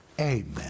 amen